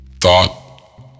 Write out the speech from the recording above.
thought